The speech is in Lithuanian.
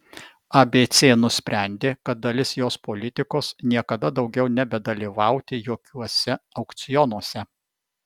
abc nusprendė kad dalis jos politikos niekada daugiau nebedalyvauti jokiuose aukcionuose